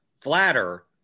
flatter